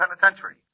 penitentiary